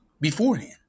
beforehand